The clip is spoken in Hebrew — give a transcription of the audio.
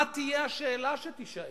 מה תהיה השאלה שתישאל?